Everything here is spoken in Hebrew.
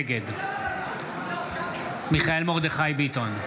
נגד מיכאל מרדכי ביטון,